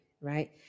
right